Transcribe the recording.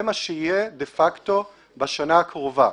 זה מה שיהיה דה פקטו בשנה הקרובה.